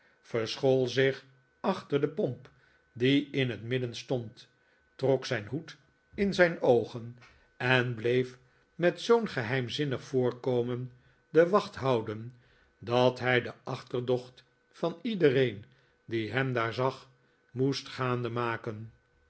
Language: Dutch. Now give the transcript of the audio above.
verschool zich achter de pomp die in het midden stond trok zijn hoed in zijn oogen en bleef met zoo'n geheimzinnig voorkomen de wacht houden dat hij de achterdocht van iedereen die hem daar zag moest gaande maken